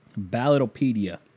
Ballotopedia